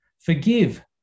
Forgive